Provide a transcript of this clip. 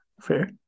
fair